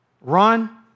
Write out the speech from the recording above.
Run